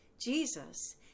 Jesus